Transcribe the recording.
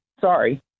Sorry